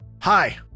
Hi